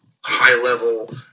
high-level